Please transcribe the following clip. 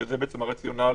שזה הרציונל